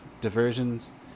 diversions